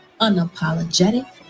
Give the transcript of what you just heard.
unapologetic